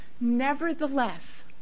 Nevertheless